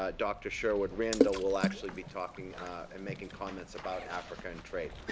ah dr. sherwood-randall, will actually be talking and making comments about africa and trade.